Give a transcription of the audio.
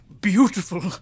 beautiful